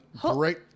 great